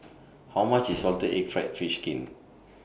How much IS Salted Egg Fried Fish Skin